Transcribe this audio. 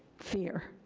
fear.